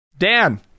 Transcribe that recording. Dan